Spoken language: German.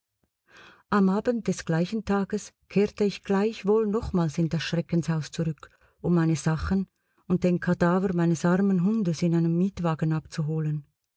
am abend des gleichen tages kehrte ich gleichwohl nochmals in das schreckenshaus zurück um meine sachen und den kadaver meines armen hundes in einem mietwagen abzuholen